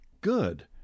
good